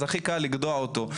אז הכי קל לגדוע אותו,